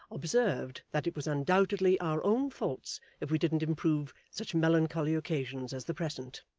observed, that it was undoubtedly our own faults if we didn't improve such melancholy occasions as the present.